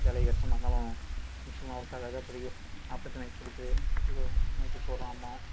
வேலை கஷ்டமாக இருந்தாலும் மிஷின்லாம் ஒர்க் ஆகாது